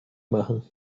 machen